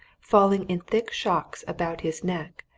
falling in thick shocks about his neck,